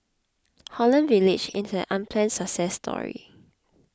Holland Village is an unplanned success story